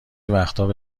وقتابه